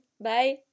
Bye